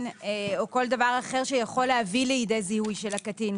או כל דבר אחר שיכול להביא לידי זיהוי של הקטין,